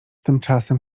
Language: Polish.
tymczasem